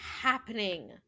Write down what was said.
happening